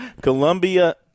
Columbia